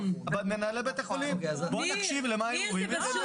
מנהלי בתי החולים, בוא נקשיב למה הם אומרים.